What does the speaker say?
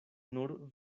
nur